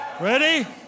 ready